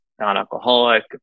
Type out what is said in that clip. non-alcoholic